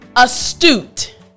Astute